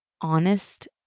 honest